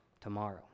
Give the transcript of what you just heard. tomorrow